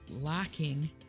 lacking